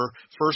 first